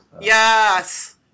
Yes